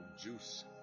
juice